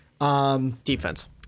Defense